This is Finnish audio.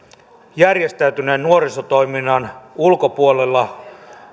järjestäytyneen nuorisotoiminnan ulkopuolella